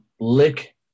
lick